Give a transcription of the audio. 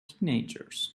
teenagers